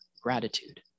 gratitude